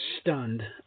stunned